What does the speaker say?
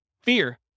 Fear